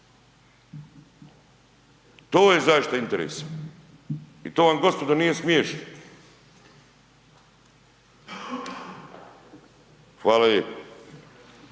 to je zaštita interesa i to vam gospodo nije smješno. Hvala